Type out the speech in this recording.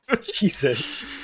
Jesus